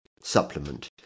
supplement